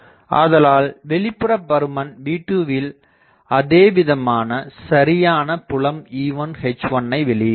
ஆதலால் வெளிப்புற பருமன் V2 வில் அதே விதமான சரியான புலம் E1 H1 ஐ வெளியிடுகிறது